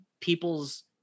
people's